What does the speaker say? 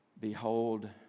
behold